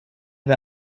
wer